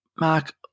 Mark